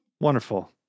Wonderful